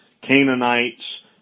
Canaanites